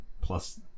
plus